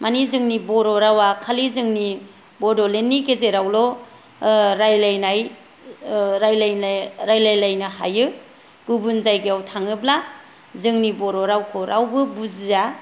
माने जोंनि बर' रावा खालि जोंनि बड'लेण्डनि गेजेरावल' रायलायनाय रायलायलायनो हायो गुबुन जायगायाव थाङोब्ला जोंनि बर' रावखौ रावबो बुजिया